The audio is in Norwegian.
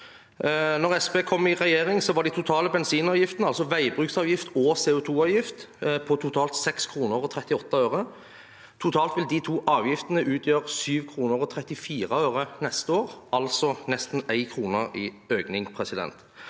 kom i regjering, var de totale bensinavgiftene, altså veibruksavgift og CO2-avgift, på totalt 6,38 kr. Totalt vil de to avgiftene utgjøre 7,34 kr neste år, altså nesten 1 kr i økning. Dette